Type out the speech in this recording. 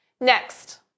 Next